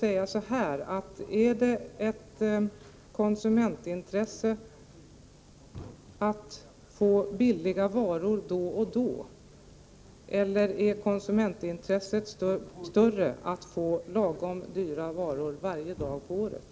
Är det ett konsumentintresse att få billiga varor då och då, eller är det ett konsumentintresse att få lagom dyra varor varje dag på året?